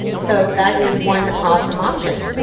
so that is one awesome option.